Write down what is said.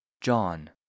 John